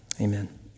Amen